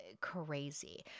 crazy